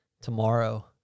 tomorrow